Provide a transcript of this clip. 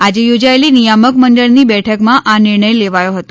આજે યોજાયેલી નિયામક મંડળની બેઠકમાં આ નિર્ણય લેવાયો હતો